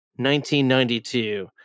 1992